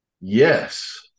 Yes